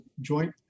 joint